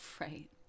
Right